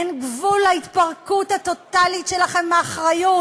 אין גבול להתפרקות הטוטלית שלכם מאחריות,